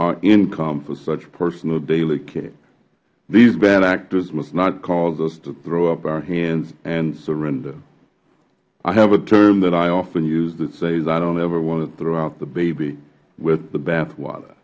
or income for such personal daily care these bad actors must not cause us to throw up our hands and surrender i have a term that i often use that says i dont ever want to throw out the baby with the bath water